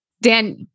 Dan